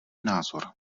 názor